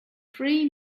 three